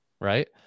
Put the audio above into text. Right